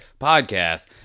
podcast